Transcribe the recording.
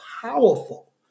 powerful